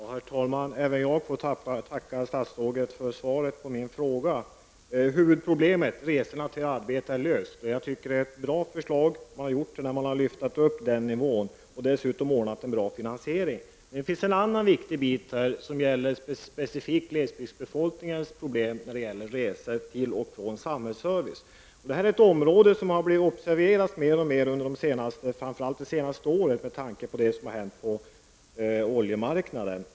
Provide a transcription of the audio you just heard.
Herr talman! Även jag får tacka statsrådet för svaret på min fråga. Huvudproblemet, resorna till arbetet, är löst. Jag tycker att förslaget om en höjning av avdraget till den aktuella nivån är bra. Dessutom har man ordnat med en bra finansiering. Men det finns en annan viktig fråga i detta sammanhang: Glesbygdsbefolkningens resor för att få del av samhällets service. Detta området har uppmärksammats alltmer på senare år, framför allt det senaste året med tanke på det som har hänt på oljemarknaden.